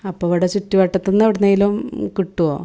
അപ്പോൾ ഇവിടെ ചുറ്റുവട്ടത്തുനിന്ന് എവിടെ നിന്നെങ്കിലും കിട്ടുവോ